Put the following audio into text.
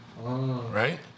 Right